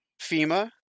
FEMA